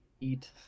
Eat